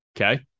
Okay